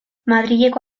madrileko